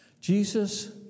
Jesus